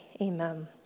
amen